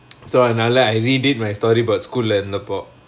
so அதனால:athanaala I redid my storyboard school leh இருந்தபோ:irunthapo